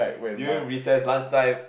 during recess lunch time